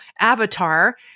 avatar